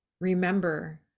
remember